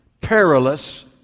perilous